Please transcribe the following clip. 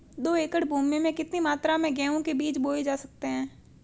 दो एकड़ भूमि में कितनी मात्रा में गेहूँ के बीज बोये जा सकते हैं?